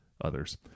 others